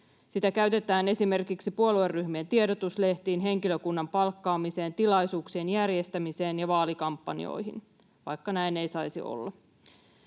Sitä käytetään esimerkiksi puolueryhmien tiedotuslehtiin, henkilökunnan palkkaamiseen, tilaisuuksien järjestämiseen ja vaalikampanjoihin, vaikka näin ei saisi olla.